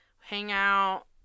hangout